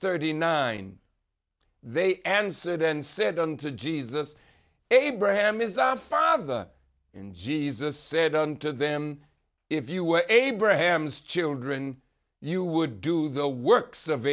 thirty nine they answered and said on to jesus abraham is our father and jesus said unto them if you were abraham's children you would do the works of